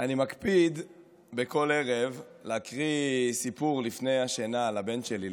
בכל ערב אני מקפיד להקריא סיפור לפני השינה לבן שלי,